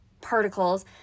particles